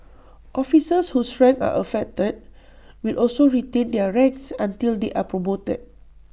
officers whose ranks are affected will also retain their ranks until they are promoted